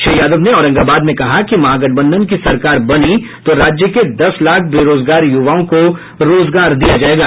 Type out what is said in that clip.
श्री यादव ने औरंगाबाद में कहा कि महागठबंधन की सरकार बनी तो राज्य के दस लाख बेरोजगार युवाओं को रोजगार दिया जायेगा